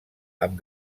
amb